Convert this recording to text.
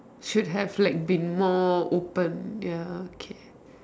should have like been more open ya okay